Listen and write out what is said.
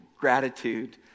gratitude